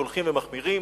שהולכים ומחמירים.